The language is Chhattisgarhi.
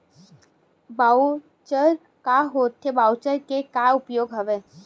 वॉऊचर का होथे वॉऊचर के का उपयोग हवय?